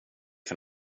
för